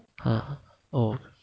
uh oh